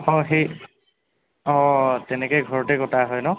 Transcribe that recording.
অঁ সেই অঁ তেনেকৈ ঘৰতে কটা হয় ন